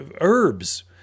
herbs